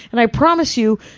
and i promise you,